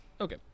Okay